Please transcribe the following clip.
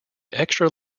extra